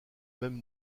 même